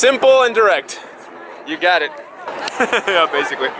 simple and direct you get it basically